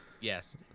yes